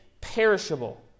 perishable